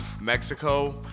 Mexico